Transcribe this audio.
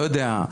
לא יודע,